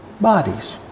bodies